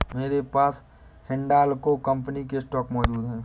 मेरे पास हिंडालको कंपनी के स्टॉक मौजूद है